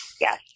Yes